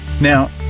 Now